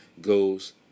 goes